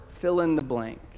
fill-in-the-blank